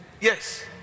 Yes